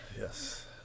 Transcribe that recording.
Yes